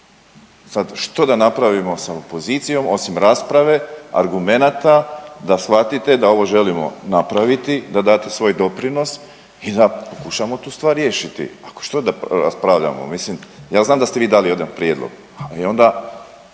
sad što da napravimo sa opozicijom osim rasprave i argumenata da shvatite da ovo želimo napraviti, da date svoj doprinos i da pokušamo tu stvar riješiti, a što da raspravljamo, mislim, ja znam da ste vi dali jedan prijedlog,